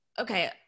okay